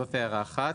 זאת הערה אחת.